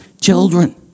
children